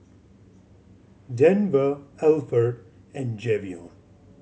Denver Alford and Javion